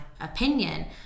opinion